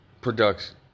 production